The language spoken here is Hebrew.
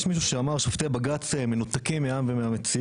יש מישהו שאמר על שופטי בג"ץ "מנותקים מהעם ומהמציאות".